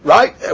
Right